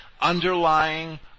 underlying